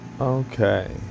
Okay